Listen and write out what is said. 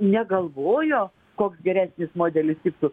negalvojo koks geresnis modelis tiktų